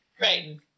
Right